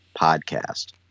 podcast